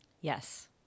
Yes